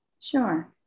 Sure